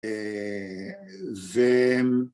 זה